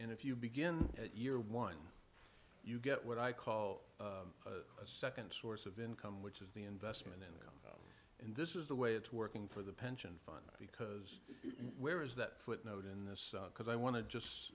and if you begin year one you get what i call a second source of income which is the investment in this is the way it's working for the pension fund because where is that footnote in this because i want to just